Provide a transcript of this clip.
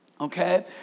okay